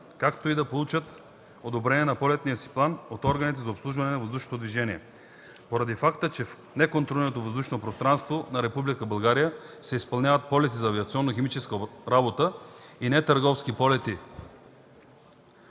както и да получат одобрение на полетния си план от органите за обслужване на въздушното движение. Поради факта, че в неконтролираното въздушно пространство на Република България се изпълняват полети за авиационно химическа работа и нетърговски полети